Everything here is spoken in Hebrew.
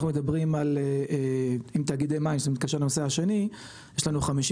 אנחנו מדברים על עם תאגידי מים זה מתקשר לנושא השני יש לנו 56,